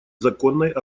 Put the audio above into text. законной